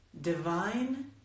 divine